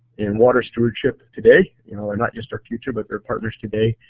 in water stewardship today. you know, there not just our future but they're partners today,